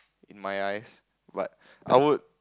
in my eyes but I would